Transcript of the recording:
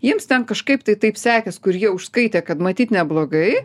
jiems ten kažkaip tai taip sekės kur jie užskaitė kad matyt neblogai